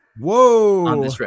Whoa